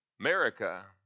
America